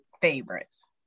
favorites